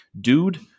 Dude